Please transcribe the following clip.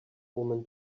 woman